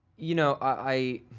you know i.